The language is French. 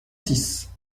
six